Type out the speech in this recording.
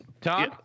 Tom